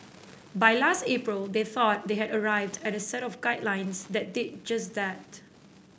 by last April they thought they had arrived at a set of guidelines that did just that